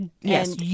yes